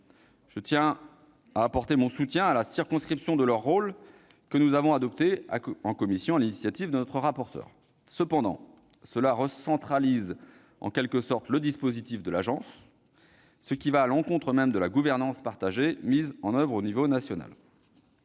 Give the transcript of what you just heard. Je tiens à apporter mon soutien à la circonscription de leur rôle adoptée en commission sur l'initiative de notre rapporteur. Néanmoins, cette mesure recentralise, en quelque sorte, le dispositif de l'agence, ce qui va à l'encontre de la gouvernance partagée mise en oeuvre au niveau national.